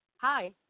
Hi